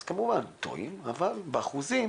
אז כמובן טועים, אבל באחוזים